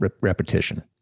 repetition